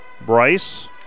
Bryce